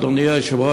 אדוני היושב-ראש,